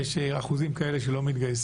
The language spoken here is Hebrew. יש אחוז מסוים שלא מתגייס